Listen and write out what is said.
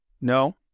no